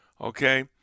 Okay